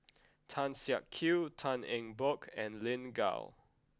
Tan Siak Kew Tan Eng Bock and Lin Gao